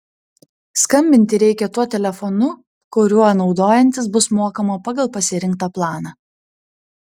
skambinti reikia tuo telefonu kuriuo naudojantis bus mokama pagal pasirinktą planą